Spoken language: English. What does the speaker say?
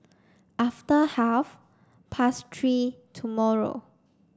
after half past three tomorrow